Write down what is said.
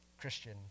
Christian